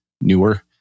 newer